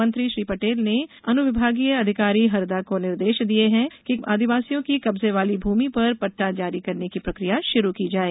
मंत्री श्री पटेल ने अनुविभागीय अधिकारी हरदा को निर्देश दिये कि आदिवासियों की कब्जे वाली भूमि पर पट्टा जारी करने की प्रक्रिया शुरू की जाये